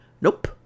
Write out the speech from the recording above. Nope